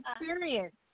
experience